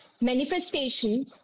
Manifestation